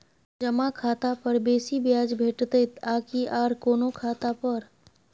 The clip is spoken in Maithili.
जमा खाता पर बेसी ब्याज भेटितै आकि आर कोनो खाता पर?